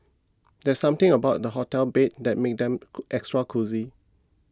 there's something about hotel beds that makes them extra cosy